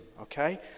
okay